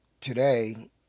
today